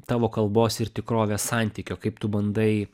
tavo kalbos ir tikrovės santykio kaip tu bandai